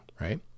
right